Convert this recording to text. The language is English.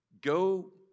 go